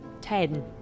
Ten